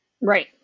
right